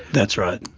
that's right.